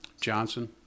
Johnson